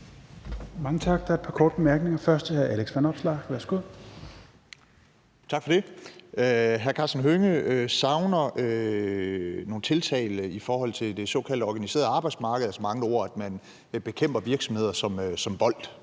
Mange tak. Der er et par korte bemærkninger. Først er det hr. Alex Vanopslagh. Værsgo. Kl. 16:30 Alex Vanopslagh (LA): Tak for det. Hr. Karsten Hønge savner nogle tiltag i forhold til det såkaldte organiserede arbejdsmarked, altså med andre ord, at man bekæmper virksomheder som Wolt